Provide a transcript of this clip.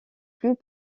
plus